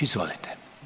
Izvolite.